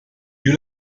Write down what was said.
you